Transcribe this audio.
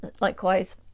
likewise